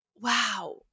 wow